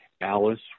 Alice